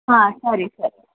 ಹಾಂ ಸರಿ ಸರಿ